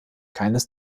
keines